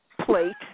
plate